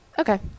Okay